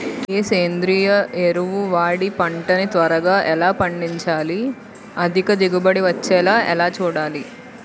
ఏ సేంద్రీయ ఎరువు వాడి పంట ని త్వరగా ఎలా పండించాలి? అధిక దిగుబడి వచ్చేలా ఎలా చూడాలి?